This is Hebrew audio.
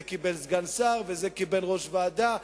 קיבל סגן שר וזה קיבל יושב-ראש ועדה,